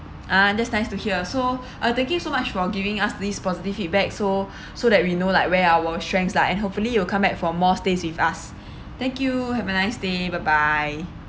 ah that's nice to hear so uh thank you so much for giving us these positive feedback so so that we know like where our strengths lah and hopefully you come back for more stays with us thank you have a nice day bye bye